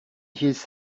his